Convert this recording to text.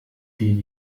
den